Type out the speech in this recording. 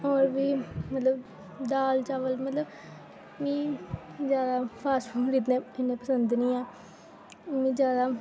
होर बी मतलब दाल चावल मतलब मिगी जादा फॉस्ट फूड इ'न्ने इ'न्ने पसंद निं ऐ मिगी जादा